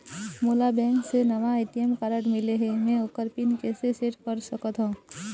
मोला बैंक से नावा ए.टी.एम कारड मिले हे, म ओकर पिन कैसे सेट कर सकत हव?